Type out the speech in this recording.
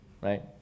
right